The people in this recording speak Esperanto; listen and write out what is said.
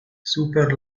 super